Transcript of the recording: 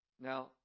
Now